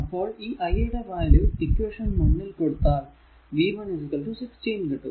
അപ്പോൾ ഈ i യുടെ വാല്യൂ ഇക്വേഷൻ 1 ൽ കൊടുത്താൽ v 1 16 കിട്ടും